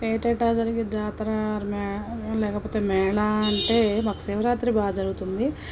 ఏటేటా జరిగే జాతర లేకపోతే మేళా అంటే మాకు శివరాత్రి బాగా జరుగుతుంది